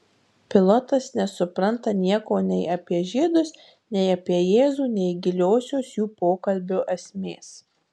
pilotas nesupranta nieko nei apie žydus nei apie jėzų nei giliosios jų pokalbio esmės